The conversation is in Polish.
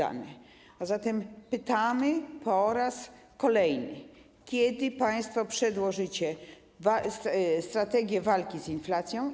A zatem pytamy po raz kolejny: Kiedy państwo przedłożycie strategię walki z inflacją?